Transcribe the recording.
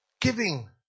giving